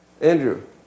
Andrew